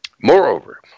Moreover